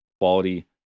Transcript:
quality